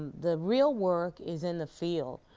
the real work is in the field.